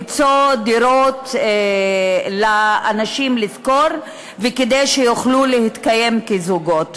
במציאת דירות להשכרה, כדי שיוכלו להתקיים כזוגות.